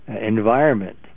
environment